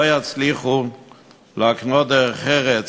ולא יצליחו להקנות דרך ארץ,